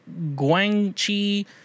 Guangxi